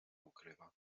ukrywa